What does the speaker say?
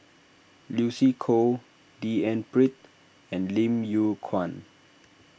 Lucy Koh D N Pritt and Lim Yew Kuan